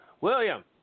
William